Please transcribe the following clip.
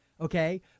okay